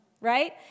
Right